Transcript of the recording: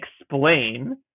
explain